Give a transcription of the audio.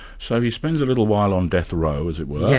so he spends a little while on death row, as it were, yeah